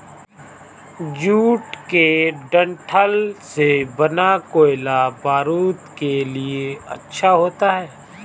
jute के डंठल से बना कोयला बारूद के लिए अच्छा होता है